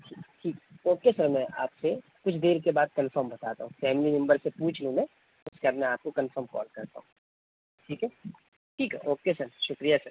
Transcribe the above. ٹھیک okay sir میں آپ سے کچھ دیر کے بعد کنفم بتاتا ہوں فیملی ممبر سے پوچھ لوں میں میں آپ کو کنفرم کال کرتا ہوں ٹھیک ہے ٹھیک ہے اوکے سر شکریہ سر